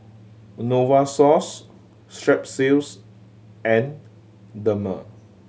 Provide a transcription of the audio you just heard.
Novosource Strepsils and Dermale